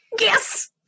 Yes